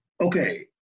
Okay